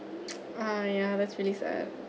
ah yeah that's really sad